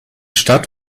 stadt